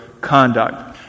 conduct